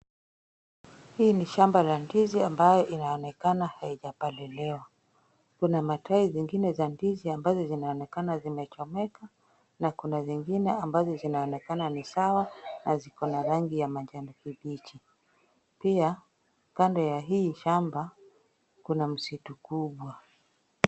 Hii ni shamba la ndizi ambayo inaonekana halijapaliliwa. kuna matawi zingine za ndizi ambazo zinaonekana zimechomeka. na kuna zingine ambazo zinaonekana ni sawa na ziko na rangi ya majani kibichi, pia kando ya hii shamba kuna msitu kubwa.